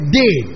day